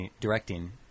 directing